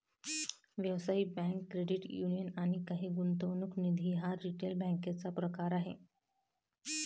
व्यावसायिक bank, credit union आणि काही गुंतवणूक निधी हा रिटेल बँकेचा प्रकार आहे